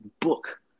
book